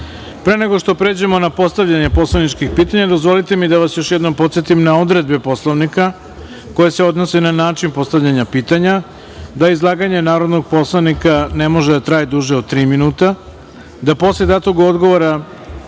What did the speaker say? nego što pređemo na postavljanje poslaničkih pitanja, dozvolite mi da vas još jednom podsetim na odredbe Poslovnika koje se odnose na način postavljanja pitanja, da izlaganje narodnog poslanika ne može da traje duže od tri minuta, da posle datog odgovora